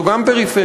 זאת גם פריפריה.